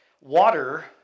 water